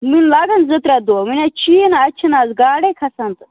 وُنہِ لگَن زٕ ترٛےٚ دۄہ وُنہِ حَظ چھِیی نہٕ اَتہِ چھِ نہٕ اَز گاڈے کھسان تہٕ